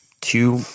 two